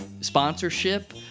sponsorship